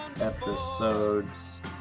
episodes